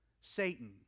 Satan